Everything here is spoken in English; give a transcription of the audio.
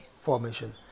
formation